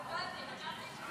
התבלבלתי.